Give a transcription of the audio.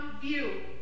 view